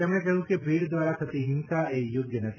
તેમણે કહ્યું કે ભીડ દ્વારા થતી હિંસા એ યોગ્ય નથી